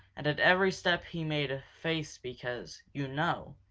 and at every step he made a face because, you know,